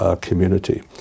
community